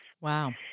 Wow